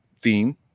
theme